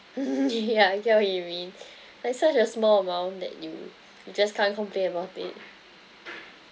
yeah I get what you mean like such a small amount that you you just can't complain about it